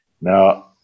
Now